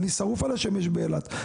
אני שרוף על השמש באילת,